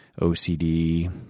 OCD